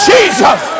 Jesus